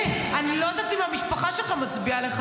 אני לא יודעת אם המשפחה שלך מצביעה לך,